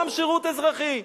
גם שירות אזרחי.